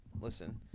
Listen